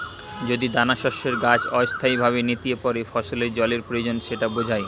যদি দানাশস্যের গাছ অস্থায়ীভাবে নেতিয়ে পড়ে ফসলের জলের প্রয়োজন সেটা বোঝায়